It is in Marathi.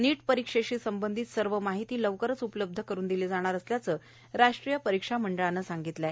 नीट परिक्षेशी संबंधित सर्व माहिती लवकरच उपलब्ध करुन दिली जाणार असल्याचं राष्ट्रीय परिक्षा मंडळानं सांगितलं आहे